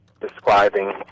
describing